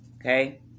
Okay